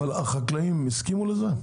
החקלאים הסכימו לזה?